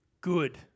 good